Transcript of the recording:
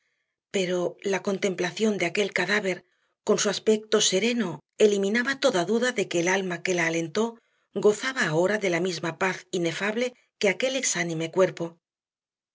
pero la contemplación de aquel cadáver con su aspecto sereno eliminaba toda duda de que el alma que la alentó gozaba ahora de la misma paz inefable que aquel exánime cuerpo